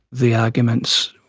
the argument's